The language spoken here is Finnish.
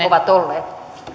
ovat olleet arvoisa rouva